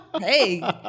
Hey